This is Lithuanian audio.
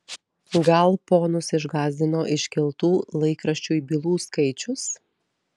gal ponus išgąsdino iškeltų laikraščiui bylų skaičius